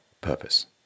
purpose